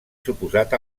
suposat